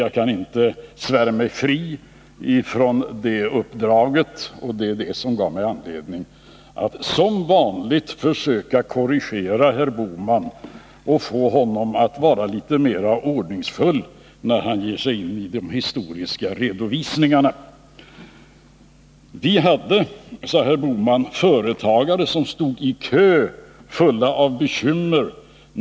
Jag kan inte svära mig fri från det uppdraget, och det gav mig anledning att som vanligt försöka korrigera herr Bohman och få honom att vara litet mera ordningsfull, när han ger sig in i de historiska redovisningarna. 1976 hade vi, sade herr Bohman, företagare som stod i kö fulla av bekymmer.